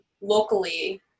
locally